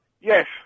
Yes